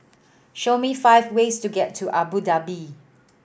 show me five ways to get to Abu Dhabi